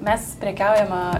mes prekiaujame